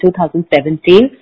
2017